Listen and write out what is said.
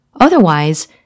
Otherwise